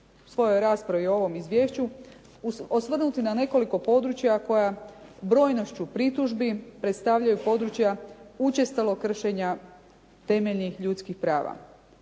svojoj raspravi o ovom izvješću osvrnuti na nekoliko područja koja brojnošću pritužbi predstavljaju područja učestalog kršenja temeljnih ljudskih prava.